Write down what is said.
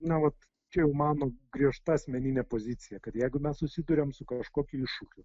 na vat čia jau mano griežta asmeninė pozicija kad jeigu mes susiduriam su kažkokiu iššūkiu